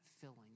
filling